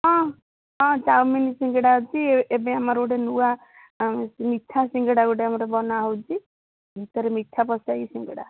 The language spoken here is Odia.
ହଁ ହଁ ଚାଉମିନ୍ ସିଙ୍ଗଡ଼ା ଅଛି ଏବେ ଆମର ଗୋଟେ ନୂଆ ମିଠା ସିଙ୍ଗଡ଼ା ଗୋଟେ ଆମର ବନାହେଉଛି ଭିତରେ ମିଠା ପଶାଇ ସିଙ୍ଗଡ଼ା